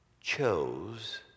chose